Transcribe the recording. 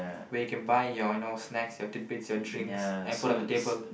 where you can buy your and all snacks your tidbits your drinks and put on the table